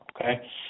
okay